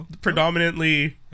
Predominantly